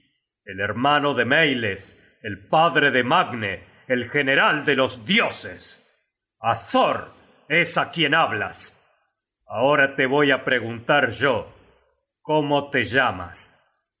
el hermano demeiles el padre de magne el general de los dioses á thor es á quien hablas ahora te voy á preguntar yo cómo te llamas y